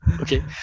Okay